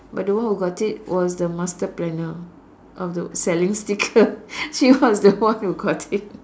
but the one who got it was the master planner of the selling sticker she was the one who got it